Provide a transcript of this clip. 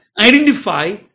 identify